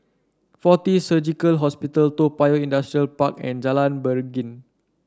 Fortis Surgical Hospital Toa Payoh Industrial Park and Jalan Beringin